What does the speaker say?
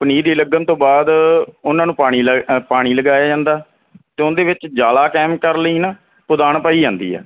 ਪਨੀਰੀ ਲੱਗਣ ਤੋਂ ਬਾਅਦ ਉਹਨਾਂ ਨੂੰ ਪਾਣੀ ਲਾ ਪਾਣੀ ਲਗਾਇਆ ਜਾਂਦਾ ਅਤੇ ਉਹਦੇ ਵਿੱਚ ਜਾਲਾ ਕਾਇਮ ਕਰ ਲਈ ਨਾ ਪੁਦਾਨ ਪਾਈ ਜਾਂਦੀ ਆ